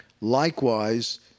Likewise